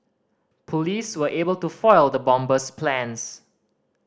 police were able to foil the bomber's plans